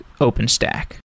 OpenStack